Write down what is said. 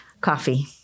Coffee